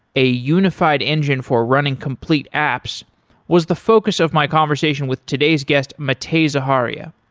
a unified engine for running complete apps was the focus of my conversation with today's guest, matei zaharia.